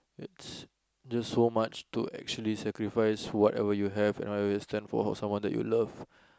it's just so much to actually sacrifice whatever you have and whatever you stand for for someone that you love